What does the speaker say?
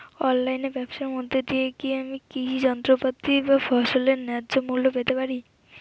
অনলাইনে ব্যাবসার মধ্য দিয়ে কী আমি কৃষি যন্ত্রপাতি বা ফসলের ন্যায্য মূল্য পেতে পারি?